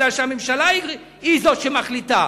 כי הממשלה היא זאת שמחליטה.